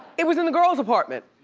it was in the girls' apartment.